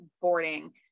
boarding